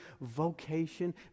vocation